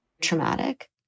traumatic